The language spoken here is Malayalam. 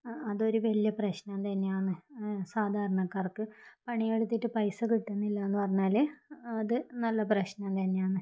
അതൊരു വലിയൊരു പ്രശ്നം തന്നെയാന്ന് സാധാരണക്കാർക്ക് പണിയെടുത്തിട്ട് പൈസ കിട്ടുന്നില്ലായെന്ന് പറഞ്ഞാൽ അത് നല്ല പ്രശ്നം തന്നെയാണ്